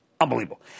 Unbelievable